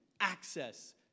access